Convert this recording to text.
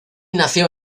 nació